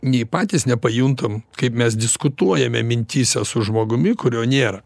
nei patys nepajuntam kaip mes diskutuojame mintyse su žmogumi kurio nėra